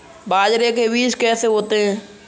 बाजरे के बीज कैसे होते हैं?